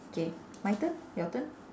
K my turn your turn